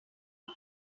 all